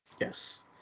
Yes